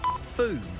Food